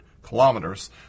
kilometers